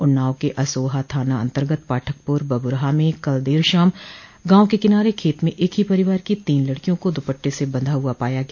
उन्नाव के असोहा थाना अन्तर्गत पाठकपुर बबुरहा में कल देर शाम गांव के किनारे खेत में एक ही परिवार की तीन लड़कियों को दुपट्टे से बंधा हुआ पाया गया